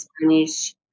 Spanish